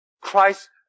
Christ